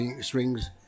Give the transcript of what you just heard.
strings